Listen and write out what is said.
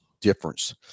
difference